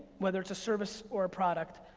whether it's a service or a product,